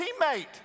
teammate